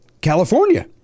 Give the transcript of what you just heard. California